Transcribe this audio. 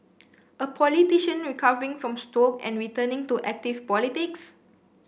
a politician recovering from stroke and returning to active politics